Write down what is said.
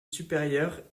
supérieure